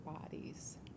bodies